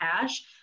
cash